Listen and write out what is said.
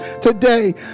today